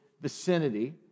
vicinity